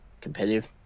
competitive